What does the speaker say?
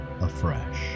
afresh